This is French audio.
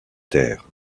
terres